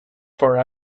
for